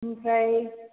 आमफ्राय